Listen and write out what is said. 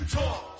talk